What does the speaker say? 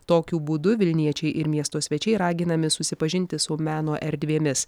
tokiu būdu vilniečiai ir miesto svečiai raginami susipažinti su meno erdvėmis